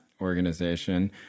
organization